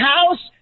House